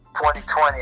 2020